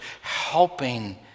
helping